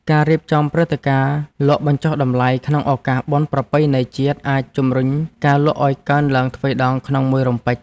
ការរៀបចំព្រឹត្តិការណ៍លក់បញ្ចុះតម្លៃក្នុងឱកាសបុណ្យប្រពៃណីជាតិអាចជម្រុញការលក់ឱ្យកើនឡើងទ្វេដងក្នុងមួយរំពេច។